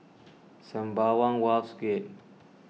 Sembawang Wharves Gate